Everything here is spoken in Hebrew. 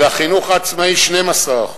של החינוך העצמאי ב-12%